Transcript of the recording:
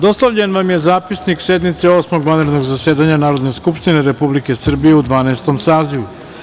Dostavljen vam je Zapisnik sednice Osmog vanrednog zasedanja Narodne skupštine Republike Srbije u Dvanaestom sazivu.